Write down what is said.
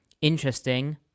Interesting